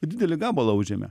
didelį gabalą užėmė